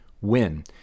win